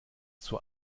zur